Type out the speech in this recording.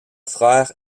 frère